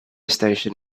station